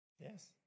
Yes